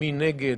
ההסתייגות 3 נגד,